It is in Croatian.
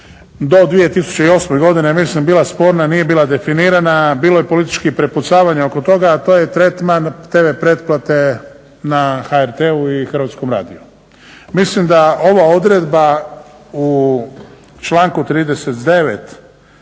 do 2008. godine ja mislim bila sporna, nije bila definirana, bilo je političkih prepucavanja oko toga, a to je tretman tv pretplate na HRT-u i Hrvatskom radiju. Mislim da ova odredba u članku 39.